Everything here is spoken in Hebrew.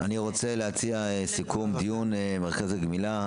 אני רוצה להציע סיכום דיון מרכזי גמילה.